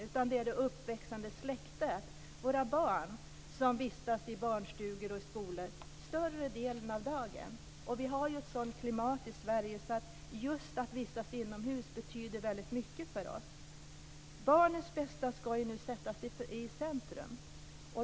Det är också det uppväxande släktet, våra barn, som vistas i barnstugor och skolor större delen av dagen. Vi har ju ett sådant klimat i Sverige att det betyder väldigt mycket för oss just att vistas inomhus. Barnens bästa ska ju nu sättas i centrum.